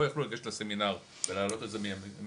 פה יכלו לגשת לסמינר ולהעלות את זה מהמחשבים